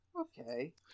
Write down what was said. Okay